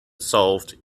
solved